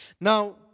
Now